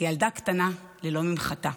כאותה ילדה קטנה ללא ממחטה,